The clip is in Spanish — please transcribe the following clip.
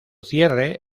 cierre